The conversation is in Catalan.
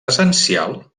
essencial